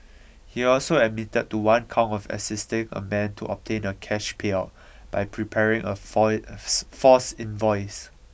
he also admitted to one count of assisting a man to obtain a cash payout by preparing a false invoice